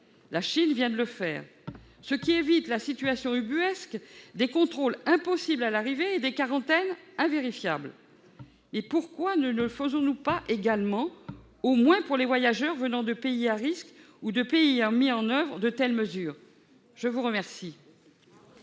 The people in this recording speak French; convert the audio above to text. La Chine vient de le faire. Cela évite la situation ubuesque de contrôles impossibles à l'arrivée et de quarantaines invérifiables. Pourquoi n'agissons-nous pas de même, au moins pour les voyageurs venant de pays à risque ou de pays ayant mis en oeuvre de telles mesures ? La parole